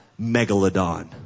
Megalodon